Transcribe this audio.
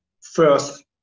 first